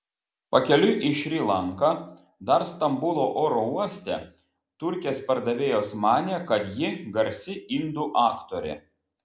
pakeliui į šri lanką dar stambulo oro uoste turkės pardavėjos manė kad ji garsi indų aktorė